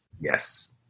Yes